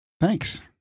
Thanks